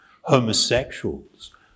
homosexuals